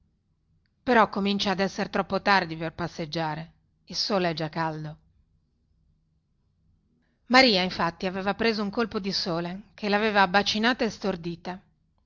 però comincia ad esser troppo tardi per passeggiare il sole è già caldo maria infatti aveva preso un colpo di sole che laveva abbacinata e stordita